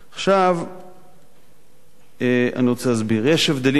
עכשיו אני רוצה להסביר: יש הבדלים מאוד